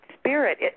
spirit